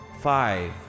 Five